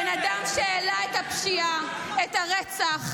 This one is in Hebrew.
בן אדם שהעלה את הפשיעה, את הרצח,